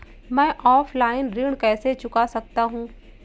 मैं ऑफलाइन ऋण कैसे चुका सकता हूँ?